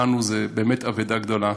לנו זו באמת אבדה גדולה.